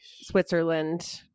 Switzerland